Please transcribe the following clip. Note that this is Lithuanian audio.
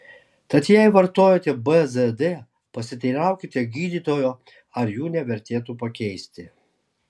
tad jei vartojate bzd pasiteiraukite gydytojo ar jų nevertėtų pakeisti